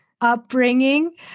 upbringing